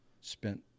spent